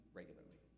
regularly